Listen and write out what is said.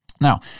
Now